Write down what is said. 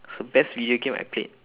it's the best video game I've played